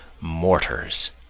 mortars